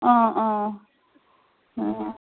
অঁ অঁ অঁ